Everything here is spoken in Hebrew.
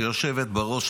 גברתי היושבת-ראש,